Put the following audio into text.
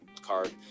card